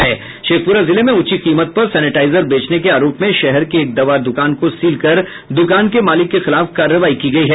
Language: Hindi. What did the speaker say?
शेखपुरा जिले में उंची कीमत पर सेनेटाइजर बेचने के आरोप में शहर के एक दवा दुकान को सील कर दुकान के मालिक के खिलाफ कार्रवाई की गयी है